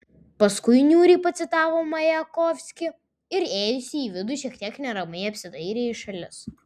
paskui niūriai pacitavo majakovskį ir įėjusi į vidų šiek tiek neramiai apsidairė į šalis